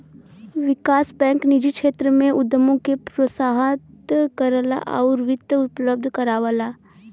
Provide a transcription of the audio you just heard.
विकास bank निजी क्षेत्र में उद्यमों के प्रोत्साहित करला आउर वित्त उपलब्ध करावला